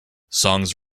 songs